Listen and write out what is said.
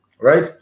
right